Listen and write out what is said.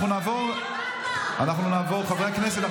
חברי הכנסת,